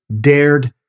dared